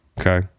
Okay